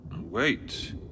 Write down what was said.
Wait